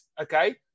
Okay